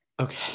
okay